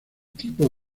tipo